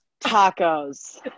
Tacos